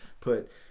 Put